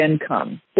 income